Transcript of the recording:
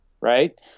right